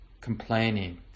complaining